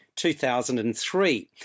2003